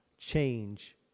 Change